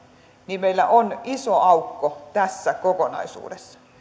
niin meillä on iso aukko tässä kokonaisuudessa